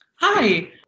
Hi